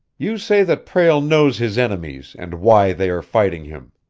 you say that prale knows his enemies and why they are fighting him.